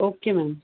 okay madam